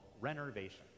Renovations